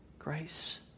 Grace